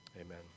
Amen